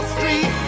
Street